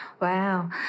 wow